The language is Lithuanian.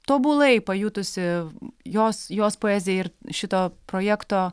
tobulai pajutusi jos jos poeziją ir šito projekto